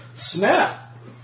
Snap